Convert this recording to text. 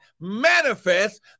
Manifest